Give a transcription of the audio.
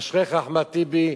אשריך, אחמד טיבי,